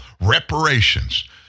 reparations